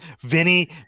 Vinny